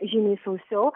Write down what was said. žymiai sausiau